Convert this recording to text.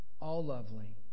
all-lovely